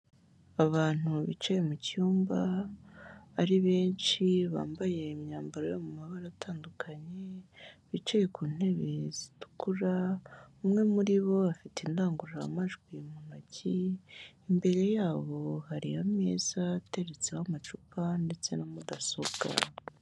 Abantu bicaye mu cyumba ari benshi, bambaye imyambaro yo mu mabara atandukanye, bicaye ku ntebe zitukura, umwe muri bo afite indangururamajwi mu ntoki, imbere yabo hari ameza ateretseho amacupa ndetse na mudasobwa.